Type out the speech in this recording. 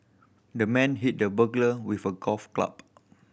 the man hit the burglar with a golf club